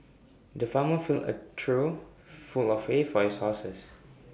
the farmer filled A trough full of hay for his horses